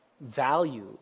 value